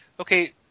okay